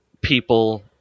people